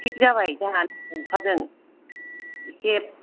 थिख जाबाय जोहा अखाजों इसे